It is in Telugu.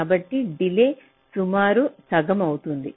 కాబట్టి డిలే సుమారు సగం అవుతుంది